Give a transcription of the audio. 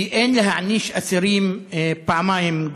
כי אין להעניש אסירים פעמיים,